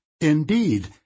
Indeed